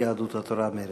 יהדות התורה, מרצ.